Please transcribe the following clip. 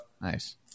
Nice